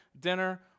dinner